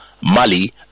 Mali